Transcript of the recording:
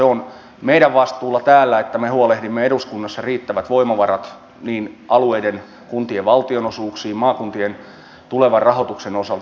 on meidän vastuullamme täällä että me huolehdimme eduskunnassa riittävät voimavarat niin alueiden kuin kuntien valtionosuuksiin maakuntien tulevan rahoituksen osalta